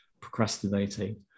procrastinating